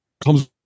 comes